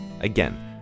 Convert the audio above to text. Again